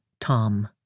Tom